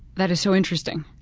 that is so interesting.